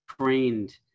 trained